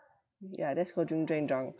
yeah let's go drink drank drunk